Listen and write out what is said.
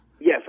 Yes